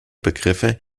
begriffe